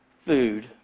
food